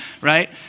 right